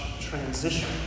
transition